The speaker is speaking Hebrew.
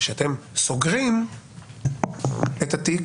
שאתם סוגרים את התיק